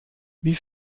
wie